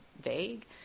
vague